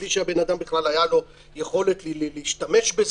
בלי שלבן אדם בכלל הייתה יכולת להשתמש בזה,